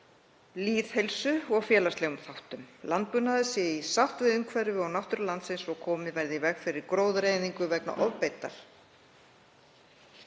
lýðheilsu og félagslegum þáttum. Landbúnaður sé í sátt við umhverfi og náttúru landsins og komið verði í veg fyrir gróðureyðingu vegna ofbeitar.